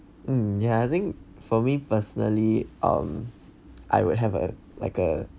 mm ya I think for me personally um I would have a like a